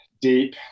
Deep